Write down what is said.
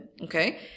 okay